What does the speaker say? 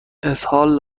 اسهال